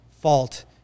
fault